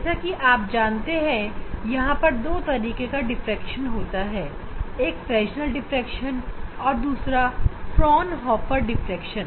जैसा कि आप जानते हैं यहां पर 2 तरीके का डिफेक्शन होता है एक फ्रेसनेल डिफ़्रैक्शन और दूसरा फ्राउनहोफर डिफ़्रैक्शन